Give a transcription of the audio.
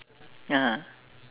(uh huh)